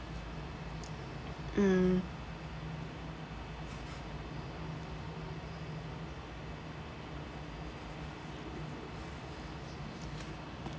mm